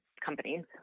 companies